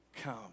come